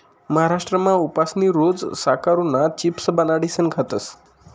महाराष्ट्रमा उपासनी रोज साकरुना चिप्स बनाडीसन खातस